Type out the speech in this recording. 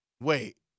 wait